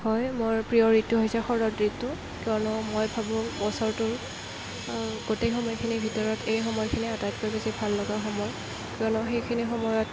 হয় মোৰ প্ৰিয় ঋতু হৈছে শৰত ঋতু কিয়নো মই ভাবো বছৰটোৰ গোটেই সময়খিনিৰ ভিতৰত এই সময়খিনিয়েই আটাইতকৈ বেছি ভাললগা সময় কিয়নো সেইখিনি সময়ত